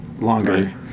longer